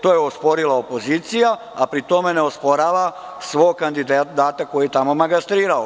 To je osporila opozicija, a pri tome ne osporava svog kandidata koji je tamo „magastrirao“